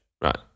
Right